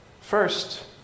First